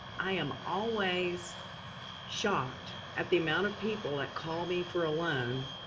i am always shocked at the amount of people that call me for a loan